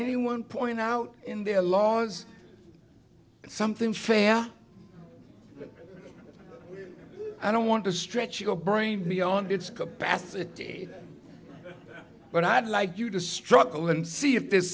anyone point out in their laws something fan i don't want to stretch your brain beyond its capacity but i'd like you to struggle and see if there's